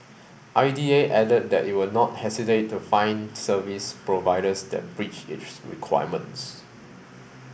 I D A added that it will not hesitate to fine service providers that breach its requirements